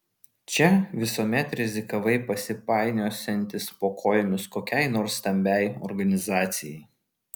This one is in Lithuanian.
čia visuomet rizikavai pasipainiosiantis po kojomis kokiai nors stambiai organizacijai